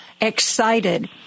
excited